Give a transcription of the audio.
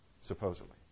supposedly